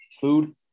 Food